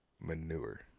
manure